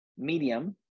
medium